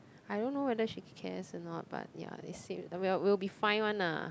I don't know whether she cares or not but ya we'll we'll be fine one lah